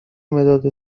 مداد